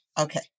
okay